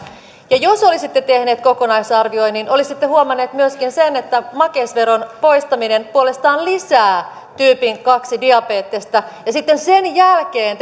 ja jos olisitte tehneet kokonaisarvioinnin olisitte huomanneet myöskin sen että makeisveron poistaminen puolestaan lisää tyypin kahdesta diabetesta ja sitten sen jälkeen